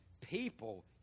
People